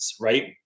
right